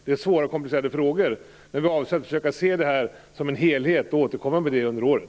Det här är svåra och komplicerade frågor. Regeringen avser att försöka se allt detta som en helhet och återkomma under året.